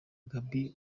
gaby